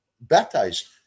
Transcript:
baptized